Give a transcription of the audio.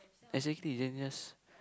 exactly then just